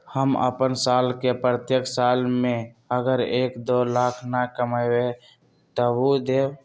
हम अपन साल के प्रत्येक साल मे अगर एक, दो लाख न कमाये तवु देम?